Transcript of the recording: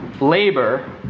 labor